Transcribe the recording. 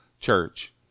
church